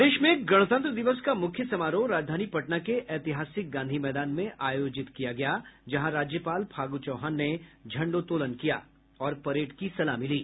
प्रदेश में गणतंत्र दिवस का मुख्य समारोह राजधानी पटना के ऐतिहासिक गांधी मैदान में आयोजित किया गया जहां राज्यपाल फागू चौहान ने झंडोत्तोलन किया और परेड की सलामी ली